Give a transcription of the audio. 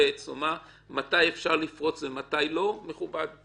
יועץ מתי אפשר לפרוץ ומתי לא, מכובד, מסכים.